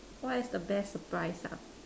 what is the best surprise ah